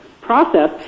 process